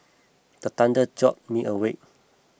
the thunder jolt me awake